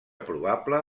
probable